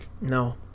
No